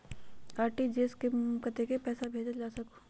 RTGS से कतेक पैसा भेजल जा सकहु???